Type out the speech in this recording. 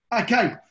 Okay